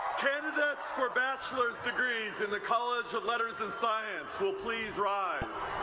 candidates for bachelor's degrees in the college of letters and science will please rise.